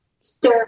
stir